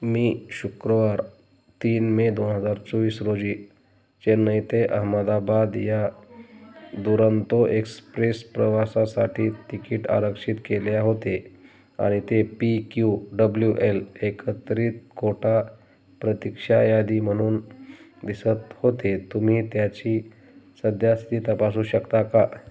मी शुक्रवार तीन मे दोन हजार चोवीस रोजी चेन्नई ते अहमदाबाद या दुरंतो एक्सप्रेस प्रवासासाठी तिकीट आरक्षित केल्या होते आणि ते पी क्यू डब्ल्यू एल एकत्रित कोटा प्रतिक्षा यादी म्हणून दिसत होते तुम्ही त्याची सध्यास्थि तपासू शकता का